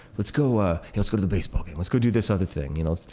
let's go ah let's go to the baseball game. let's go do this other thing. you know,